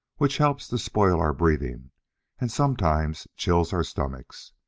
which helps to spoil our breathing and sometimes chills our stomachs.